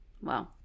Wow